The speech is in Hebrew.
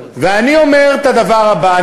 ואני אומר את הדבר הבא: